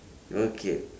okay